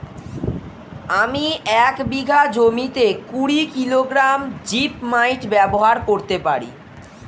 আমি এক বিঘা জমিতে কুড়ি কিলোগ্রাম জিপমাইট ব্যবহার করতে পারি?